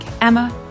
Emma